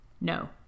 No